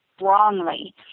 wrongly